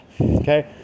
okay